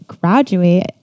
graduate